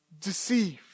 deceived